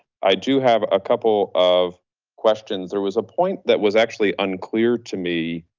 i do have a couple of questions. there was a point that was actually unclear to me.